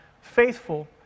faithful